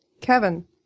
Kevin